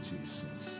Jesus